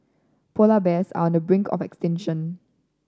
polar bears are on the brink of extinction